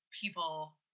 people